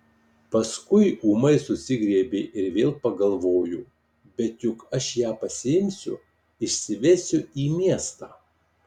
paskui ūmai susigriebė ir vėl pagalvojo bet juk aš ją pasiimsiu išsivesiu į miestą